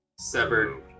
severed